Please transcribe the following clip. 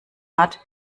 hat